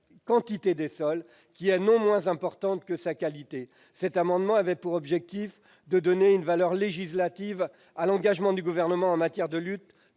quantité des sols, non moins importante que leur qualité. Cet amendement avait pour objet de donner une valeur législative à l'engagement du Gouvernement en matière de lutte